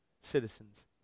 citizens